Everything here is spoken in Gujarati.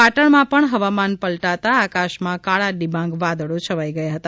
પાટણમાં પણ હવામાન પલટાતા આકાશમાં કાળા ડિબાંગ વાદળો છવાઈ ગયા હતા